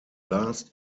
last